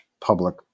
public